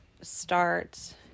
start